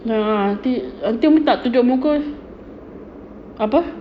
no no nanti nanti umi tak tunjuk muka apa